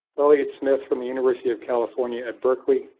elliott smith from the university of california at berkeley,